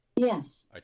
Yes